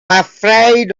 afraid